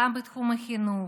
גם בתחום החינוך,